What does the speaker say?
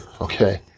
okay